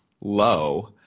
low